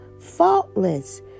faultless